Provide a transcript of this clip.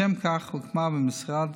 לשם כך הוקמה במשרד